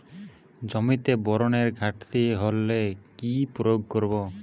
জমিতে বোরনের ঘাটতি হলে কি প্রয়োগ করব?